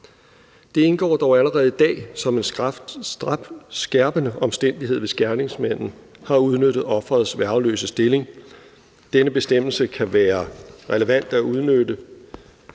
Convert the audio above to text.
Det indgår dog allerede i dag som en skærpende omstændighed, hvis gerningsmanden har udnyttet offerets værgeløse stilling. Denne bestemmelse kan være relevant ved udnyttelse